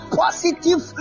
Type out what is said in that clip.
positive